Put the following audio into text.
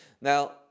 now